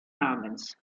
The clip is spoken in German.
namens